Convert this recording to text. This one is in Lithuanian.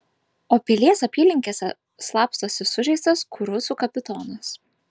o pilies apylinkėse slapstosi sužeistas kurucų kapitonas